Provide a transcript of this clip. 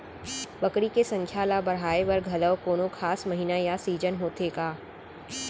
बकरी के संख्या ला बढ़ाए बर घलव कोनो खास महीना या सीजन होथे का?